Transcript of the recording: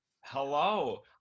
Hello